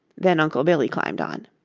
then uncle billy climbed on.